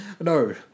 No